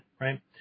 Right